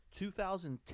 2010